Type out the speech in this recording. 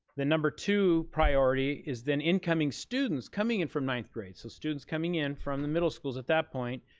the number two priority is then incoming students coming in from ninth grade. so students coming in from the middle schools at that point,